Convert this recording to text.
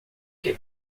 que